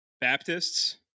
Baptists